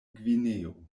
gvineo